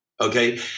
okay